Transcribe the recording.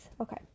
Okay